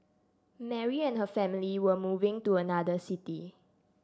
Mary and her family were moving to another city